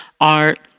art